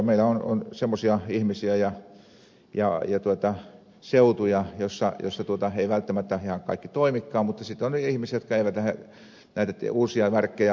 meillä on semmoisia seutuja joissa ei välttämättä ihan kaikki toimikaan mutta sitten on ihmisiä jotka eivät lähde näitä uusia värkkejä hankkimaan